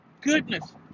goodness